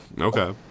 okay